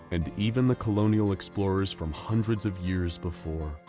and even the colonial explorers from hundreds of years before.